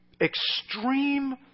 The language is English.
Extreme